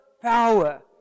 power